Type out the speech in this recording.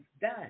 done